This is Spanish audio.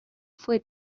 fue